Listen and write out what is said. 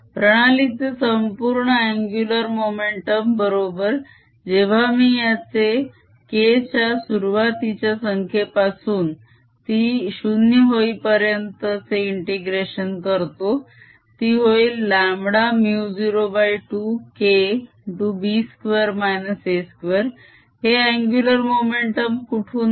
प्रणालीचे संपूर्ण angular momentum बरोबर जेव्हा मी याचे K च्या सुरुवातीच्या संख्येपासून ती 0 होईपर्यंत इंटीग्रेशन करतो ती होईल 02K हे अन्गुलर मोमेंटम कुठून आले